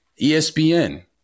ESPN